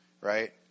right